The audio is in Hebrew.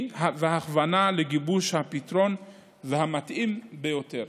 והכוונה לגיבוש הפתרון המתאים ביותר.